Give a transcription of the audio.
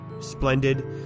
splendid